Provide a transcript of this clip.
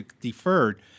deferred